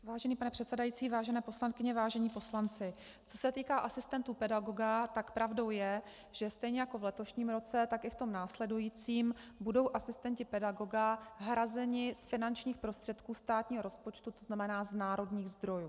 Vážený pane předsedající, vážené poslankyně, vážení poslanci, co se týká asistentů pedagoga, tak pravdou je, že stejně jako v letošním roce, tak i v tom následujícím budou asistenti pedagoga hrazeni z finančních prostředků státního rozpočtu, to znamená z národních zdrojů.